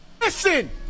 Listen